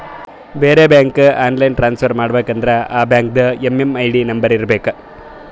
ಬೇರೆ ಬ್ಯಾಂಕ್ಗ online transfer ಮಾಡಬೇಕ ಅಂದುರ್ ಆ ಬ್ಯಾಂಕ್ದು ಎಮ್.ಎಮ್.ಐ.ಡಿ ನಂಬರ್ ಇರಬೇಕ